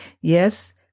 Yes